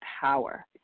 power